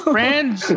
Friends